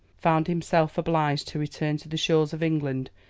found himself obliged to return to the shores of england,